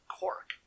cork